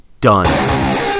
done